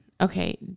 Okay